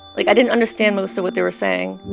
like, i didn't understand most of what they were saying